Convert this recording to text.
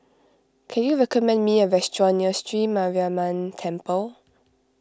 can you recommend me a restaurant near Sri Mariamman Temple